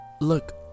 Look